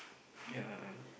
ya